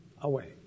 away